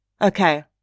Okay